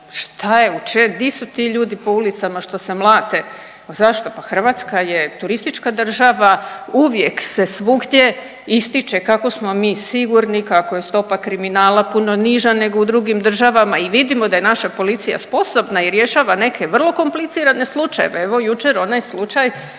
šta je, di su ti ljudi po ulicama što se mlade. Zašto? Pa Hrvatska je turistička država. Uvijek se svugdje ističe kako smo mi sigurni, kako je stopa kriminala puno niža nego u drugim državama i vidim da je naša policija sposobna i rješava neke vrlo komplicirane slučajeve. Evo jučer onaj slučaj